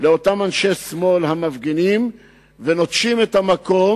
לאותם אנשי שמאל המפגינים ונוטשים את המקום,